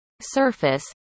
surface